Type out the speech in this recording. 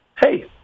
hey